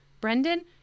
Brendan